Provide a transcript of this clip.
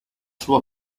sua